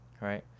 right